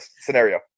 scenario